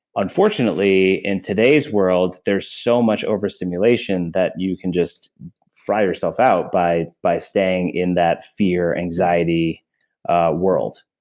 unfortunately, in today's world there's so much overstimulation that you can just fry yourself out by by staying in that fear, anxiety world.